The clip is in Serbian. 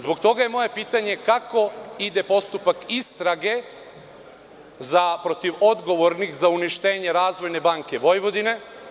Zbog toga je moje pitanje kako ide postupak istrage protiv odgovornih za uništenje Razvojne banke Vojvodine?